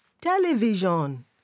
television